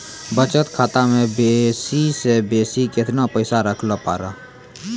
बचत खाता म बेसी से बेसी केतना पैसा रखैल पारों?